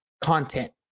content